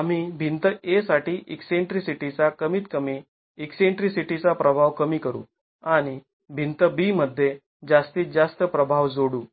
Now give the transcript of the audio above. आम्ही भिंत A साठी ईकसेंट्रीसिटीचा कमीत कमी ईकसेंट्रीसिटी प्रभाव कमी करू आणि भिंत B मध्ये जास्तीत जास्त प्रभाव जोडू